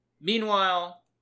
Meanwhile